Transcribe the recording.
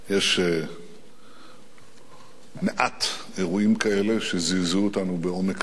יש מעט אירועים כאלה שזעזעו אותנו בעומק כזה.